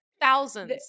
thousands